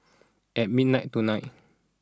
at midnight tonight